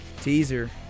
Teaser